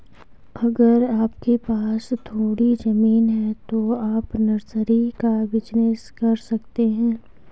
अगर आपके पास थोड़ी ज़मीन है तो आप नर्सरी का बिज़नेस कर सकते है